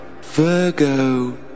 Virgo